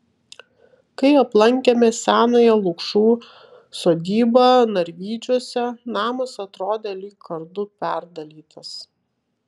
kai aplankėme senąją lukšų sodybą narvydžiuose namas atrodė lyg kardu perdalytas